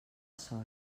sol